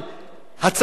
אדוני יושב-ראש הקואליציה,